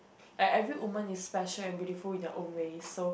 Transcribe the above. like every woman is special and beautiful in their own way so